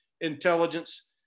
intelligence